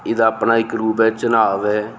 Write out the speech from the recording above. एह्दा अपना इक रूप ऐ चन्हा ऐ